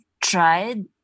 tried